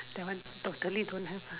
that one totally don't have ah